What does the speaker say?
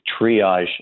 triage